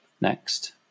next